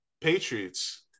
Patriots